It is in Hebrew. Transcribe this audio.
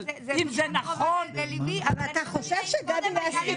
אבל אם זה נכון --- אם קודם היו להם